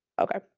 okay